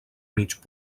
mig